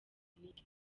dominique